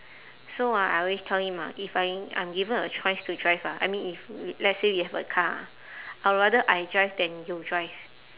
so ah I always tell him ah if I I'm given a choice to drive ah I mean if let's say we have a car I would rather I drive than you drive